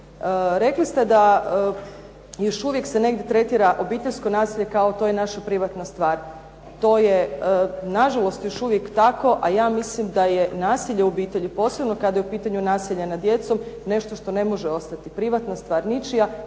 Rekli ste da još uvijek se negdje tretira obiteljsko nasilje kao to je naša privatna stvar. To je na žalost još uvijek tako, a ja mislim da je nasilje u obitelji, posebno kada je u pitanju nasilje nad djecom nešto što ne može ostati privatna stvar ničija.